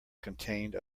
contained